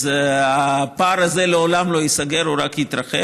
אז הפער הזה לעולם לא ייסגר, הוא רק יתרחב.